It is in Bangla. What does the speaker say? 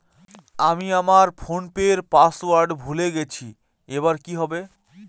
আমি আমার ফোনপের পাসওয়ার্ড ভুলে গেছি এবার কি হবে?